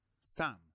Sam